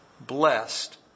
blessed